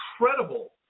incredible